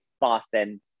Boston